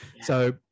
So-